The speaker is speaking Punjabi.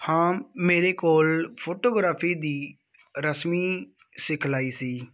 ਹਾਂ ਮੇਰੇ ਕੋਲ ਫੋਟੋਗ੍ਰਾਫੀ ਦੀ ਰਸਮੀ ਸਿਖਲਾਈ ਸੀ